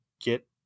get